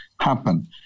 happen